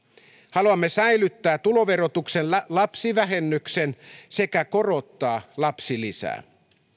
haluamme säilyttää tuloverotuksen lapsivähennyksen sekä korottaa lapsilisää